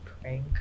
prank